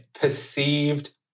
perceived